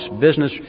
business